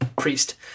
priest